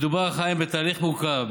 מדובר, חיים, בתהליך מורכב.